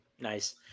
Nice